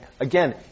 again